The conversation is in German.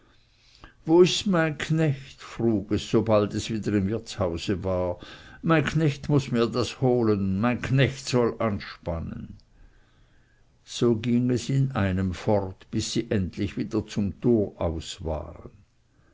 wo ist mein knecht frug es sobald es wieder im wirtshause war mein knecht muß mir das holen mein knecht soll anspannen so ging es an einem fort bis sie endlich wieder zum tor aus waren